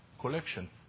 collection